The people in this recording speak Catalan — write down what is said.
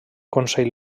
consell